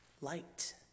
light